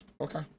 Okay